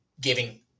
giving